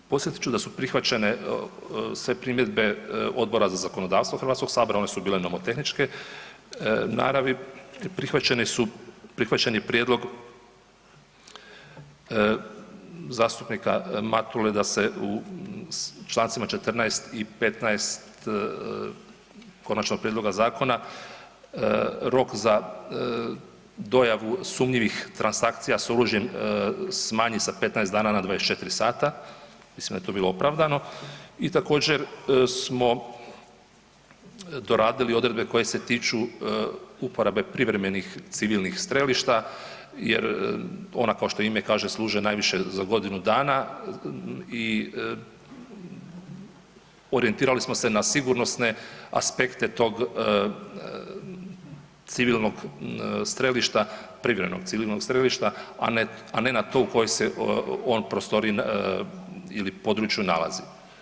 Podsjetit ću da su prihvaćene sve primjedbe Odbor za zakonodavstvo HS-a, one su bile nomotehničke naravi, prihvaćen je i prijedlog zastupnika Matule da se u čl. 14. i 15. konačnog prijedloga zakona rok za dojavu sumnjivih transakcija s oružjem smanji sa 15 dana na 24 sata, mislim da je to bilo opravdano i također smo doradili odredbe koje se tiču uporabe privremenih civilnih strelišta jer ona kao što ime kaže služe najviše za godinu dana i orijentirali smo se na sigurnosne aspekte tog civilnog strelišta, privremenog civilnog strelišta, a ne na to u kojoj se on prostoriji ili području nalazi.